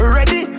Ready